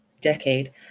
decade